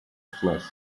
flesh